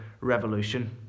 revolution